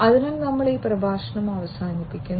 അതിനാൽ ഞങ്ങൾ ഈ പ്രഭാഷണം അവസാനിപ്പിക്കുന്നു